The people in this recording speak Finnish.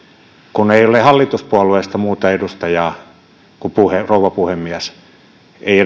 kun ei ole hallituspuolueista muuta edustajaa kuin rouva puhemies ei